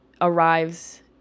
arrives